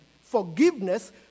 forgiveness